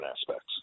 aspects